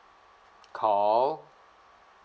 call